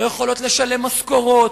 לא יכולות לשלם משכורות,